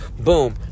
boom